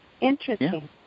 Interesting